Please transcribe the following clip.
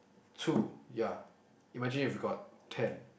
two ya imagine if you got ten